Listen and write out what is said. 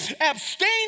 abstain